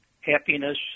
happiness